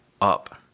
up